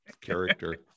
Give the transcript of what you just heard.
character